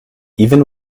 even